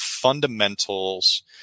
fundamentals